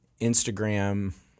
Instagram